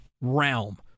realm